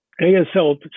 ASL